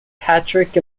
patrick